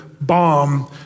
bomb